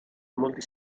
molti